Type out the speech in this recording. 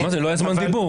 לא היה זמן דיבור.